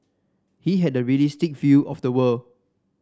he had a realistic feel of the world